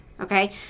okay